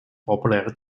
populäre